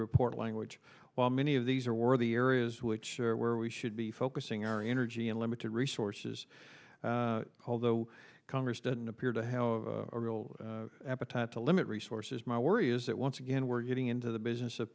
report language while many of these are worthy areas which are where we should be focusing our energy and limited resources although congress doesn't appear to have a real appetite to limit resources my worry is that once again we're getting into the business of